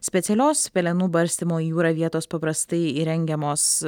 specialios pelenų barstymo į jūrą vietos paprastai įrengiamos